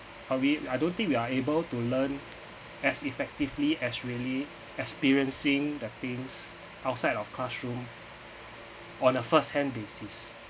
uh we I don't think we are able to learn as effectively as really experiencing the things outside of classroom on a firsthand basis